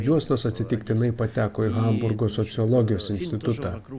juostos atsitiktinai pateko į hamburgo sociologijos institutą